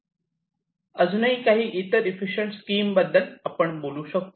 अजूनही काही इतर इफिसिएंट स्कीम बद्दल आपण बोलू शकतो